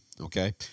okay